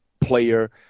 player